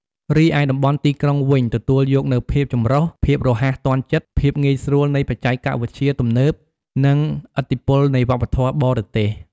រីឯតំបន់ទីក្រុងវិញ ទទួលយកនូវភាពចម្រុះ ភាពរហ័សទាន់ចិត្ត ភាពងាយស្រួលនៃបច្ចេកវិទ្យាទំនើប និងឥទ្ធិពលនៃវប្បធម៌បរទេស។